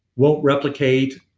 won't replicate,